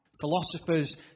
Philosophers